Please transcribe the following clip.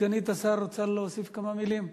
סגנית השר רוצה להוסיף כמה מלים?